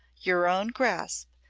your own grasp,